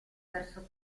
verso